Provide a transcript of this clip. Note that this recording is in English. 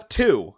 two